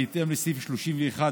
בהתאם לסעיף 31(ב)